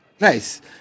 Nice